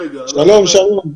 שלום.